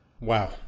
Wow